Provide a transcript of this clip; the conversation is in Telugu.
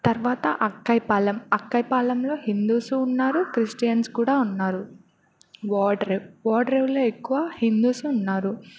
తర్వాత అక్కయ పాలెం అక్కయ పాలెంలో హిందూస్ ఉన్నారు క్రిస్టియన్స్ కూడా ఉన్నారు ఓడరేవు ఓడరేవులో ఎక్కువ హిందూస్ ఉన్నారు